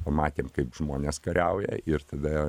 pamatėm kaip žmonės kariauja ir tada